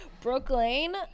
Brooklyn